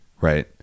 right